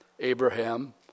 Abraham